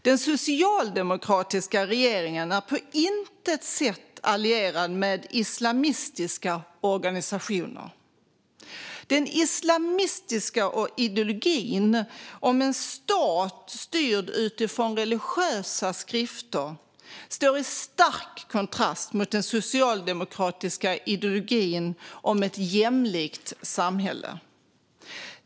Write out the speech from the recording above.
Den socialdemokratiska regeringen är på intet sätt allierad med islamistiska organisationer. Den islamistiska ideologin om en stat styrd utifrån religiösa skrifter står i stark kontrast mot den socialdemokratiska ideologin om ett jämlikt samhälle.